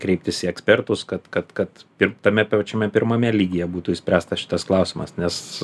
kreiptis į ekspertus kad kad kad ir tame pačiame pirmame lygyje būtų išspręstas šitas klausimas nes